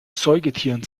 säugetieren